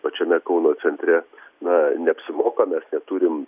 pačiame kauno centre na neapsimoka mes neturim